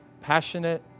Passionate